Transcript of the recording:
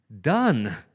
done